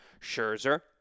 Scherzer